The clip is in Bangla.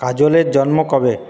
কাজলের জন্ম কবে